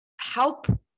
help